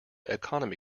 economy